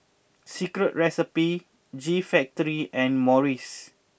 Secret Recipe G Factory and Morries